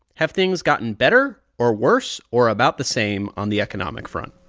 have things gotten better or worse or about the same on the economic front?